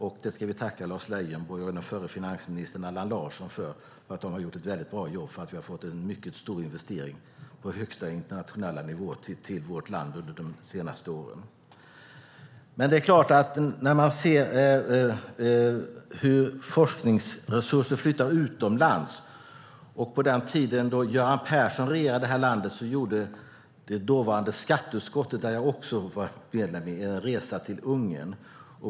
Det ska vi tacka Lars Leijonborg och förre finansministern Allan Larsson för. De har under de senaste åren gjort ett mycket bra jobb för att vi skulle få en mycket stor investering på högsta internationella nivå till vårt land. Nu ser vi hur forskningsresurser flyttar utomlands. På den tid då Göran Persson regerade det här landet gjorde det dåvarande skatteutskottet, som jag var medlem i, en resa till Ungern.